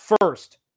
First